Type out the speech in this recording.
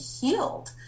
healed